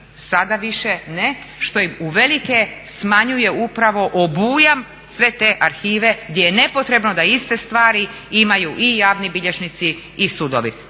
Sada više ne što uvelike smanjuje upravo obujam sve te arhive gdje je nepotrebno da iste stvari imaju i javni bilježnici i sudovi.